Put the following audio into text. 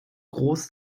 groß